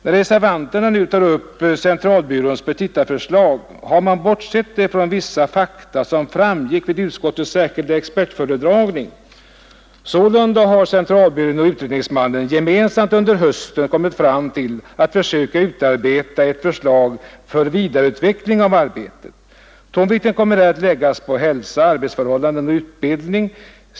När reservanterna nu tar upp centralbyråns petitaförslag har de bortsett från vissa fakta som framgick vid utskottets särskilda expertföredragning. Sålunda har centralbyrån och utredningsmannen under hösten gemensamt kommit fram till att försöka utarbeta ett förslag för vidareutveckling av arbetet. Tonvikten kommer där att läggas på hälsa, arbetsförhållanden och utbildning.